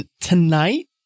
tonight